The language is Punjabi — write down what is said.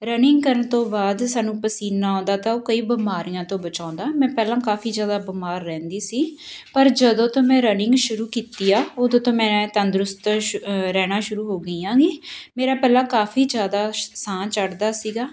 ਰਨਿੰਗ ਕਰਨ ਤੋਂ ਬਾਅਦ ਸਾਨੂੰ ਪਸੀਨਾ ਆਉਂਦਾ ਤਾਂ ਉਹ ਕਈ ਬਿਮਾਰੀਆਂ ਤੋਂ ਬਚਾਉਂਦਾ ਮੈਂ ਪਹਿਲਾਂ ਕਾਫੀ ਜ਼ਿਆਦਾ ਬਿਮਾਰ ਰਹਿੰਦੀ ਸੀ ਪਰ ਜਦੋਂ ਤੋਂ ਮੈਂ ਰਨਿੰਗ ਸ਼ੁਰੂ ਕੀਤੀ ਆ ਉਦੋਂ ਤੋਂ ਮੈਂ ਤੰਦਰੁਸਤ ਸ਼ੁ ਰਹਿਣਾ ਸ਼ੁਰੂ ਹੋ ਗਈ ਆਂਗੀ ਮੇਰਾ ਪਹਿਲਾਂ ਕਾਫੀ ਜ਼ਿਆਦਾ ਸਾਹ ਚੜਦਾ ਸੀਗਾ